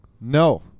No